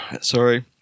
Sorry